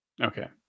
Okay